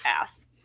ass